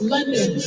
London